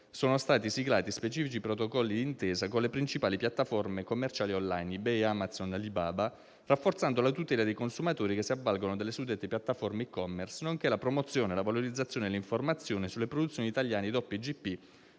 sono stati siglati specifici protocolli d'intesa con le principali piattaforme commerciali *on line* (eBay, Amazon, Alibaba), rafforzando la tutela dei consumatori che si avvalgono delle suddette piattaforme *e-commerce*, nonché la promozione, la valorizzazione e l'informazione sulle produzioni italiane DOP